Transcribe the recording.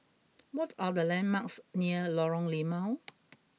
what are the landmarks near Lorong Limau